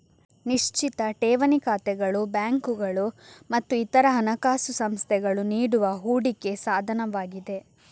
ನಿಶ್ಚಿತ ಠೇವಣಿ ಖಾತೆಗಳು ಬ್ಯಾಂಕುಗಳು ಮತ್ತು ಇತರ ಹಣಕಾಸು ಸಂಸ್ಥೆಗಳು ನೀಡುವ ಹೂಡಿಕೆ ಸಾಧನವಾಗಿದೆ